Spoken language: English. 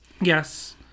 Yes